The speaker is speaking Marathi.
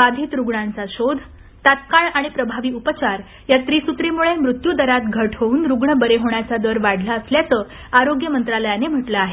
बाधित रुग्णांचा शोध तात्काळ आणि प्रभावी उपचार या त्रिसूत्रिमुळे मृत्यू दरात घट होऊन रुग्ण बरे होण्याचा दर वाढला असल्याचं आरोग्य मंत्रालयाने म्हटलं आहे